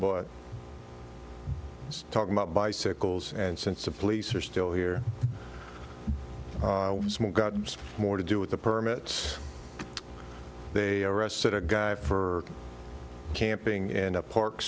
but talking about bicycles and since the police are still here got more to do with the permits they arrested a guy for camping in a park